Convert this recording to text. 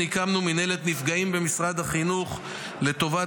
הקמנו מינהלת נפגעים במשרד החינוך לטובת